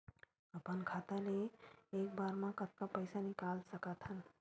अपन खाता ले एक बार मा कतका पईसा निकाल सकत हन?